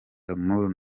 d’amour